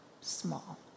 small